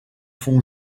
fond